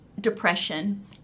depression